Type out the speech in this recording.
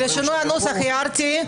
לשינוי הנוסח הערתי.